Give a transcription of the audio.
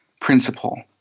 principle